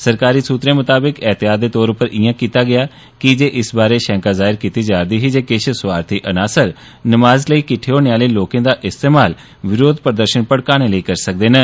सरकारी सूत्रें मुताबक एहतियात दे तौर उप्पर इयां कीता गेआ की जे इस बारै शैंका जाहिर कीती जारदी ही जे किश स्वार्थी अनासर नमाज लेई किट्ठे होने आले लोकें दा इस्तेमाल विरोध प्रदर्शन भड़काने लेई करी सकदे हे